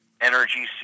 energy